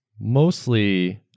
mostly